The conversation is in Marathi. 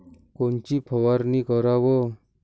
कोनची फवारणी कराव?